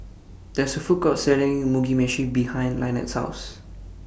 There IS A Food Court Selling Mugi Meshi behind Lynnette's House